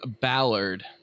Ballard